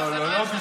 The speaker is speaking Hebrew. עכשיו זה לא יחסי.